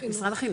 משרד החינוך,